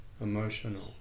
emotional